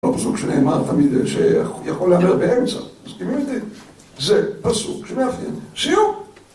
זה לא פסוק שנאמר תמיד... שיכול להאמר באמצע. מסכימים איתי? זה פסוק שמאפיין סיום.